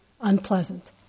unpleasant